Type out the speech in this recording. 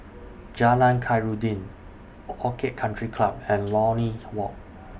Jalan Khairuddin Or Orchid Country Club and Lornie Walk